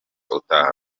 utaha